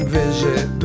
visit